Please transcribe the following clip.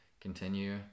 continue